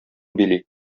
били